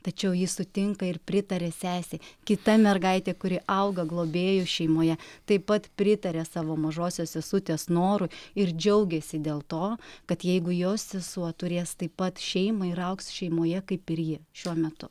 tačiau ji sutinka ir pritaria sesei kita mergaitė kuri auga globėjų šeimoje taip pat pritaria savo mažosios sesutės norui ir džiaugiasi dėl to kad jeigu jos sesuo turės taip pat šeimą ir augs šeimoje kaip ir ji šiuo metu